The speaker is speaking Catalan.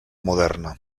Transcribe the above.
moderna